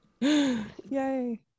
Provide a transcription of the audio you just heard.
yay